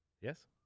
Yes